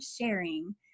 sharing